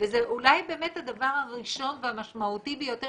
זה אולי באמת הדבר הראשון והמשמעותי ביותר